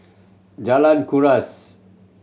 Jalan Kuras